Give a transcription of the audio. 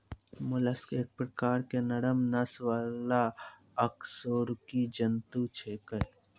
mollusc एक प्रकार के नरम नस वाला अकशेरुकी जंतु छेकै